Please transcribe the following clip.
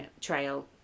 trail